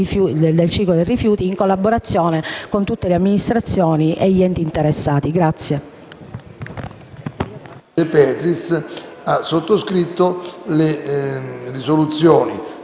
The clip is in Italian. del ciclo dei rifiuti, in collaborazione con tutte le amministrazioni e gli enti interessati.*(Applausi